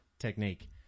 Technique